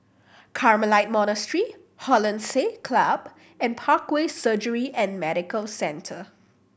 Carmelite Monastery Hollandse Club and Parkway Surgery and Medical Centre